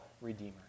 Redeemer